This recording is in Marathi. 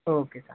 ओके चाल्